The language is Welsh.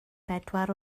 bedwar